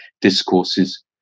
discourses